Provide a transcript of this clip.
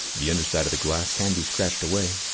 the underside of the glass can be scratched away,